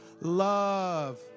love